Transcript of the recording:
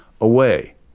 away